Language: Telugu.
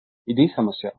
ఇది సమస్య